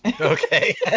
Okay